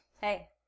Hey